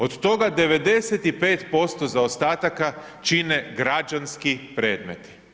Od toga 95% zaostataka čine građanski predmeti,